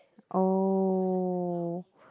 oh